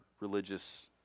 religious